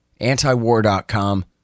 Antiwar.com